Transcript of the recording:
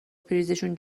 پریزشون